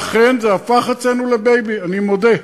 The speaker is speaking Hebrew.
ואכן, זה הפך אצלנו לבייבי, אני מודה.